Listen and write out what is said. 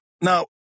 Now